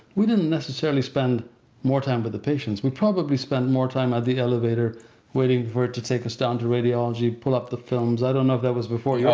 we didn't necessarily spend more time with the patients. we probably spent more time at ah the elevator waiting for it to take us down to radiology, pull up the films. i don't know if that was before your